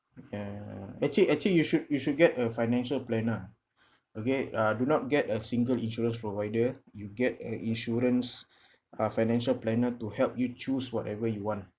ya actually actually you should you should get a financial planner okay uh do not get a single insurance provider you get an insurance uh financial planner to help you choose whatever you want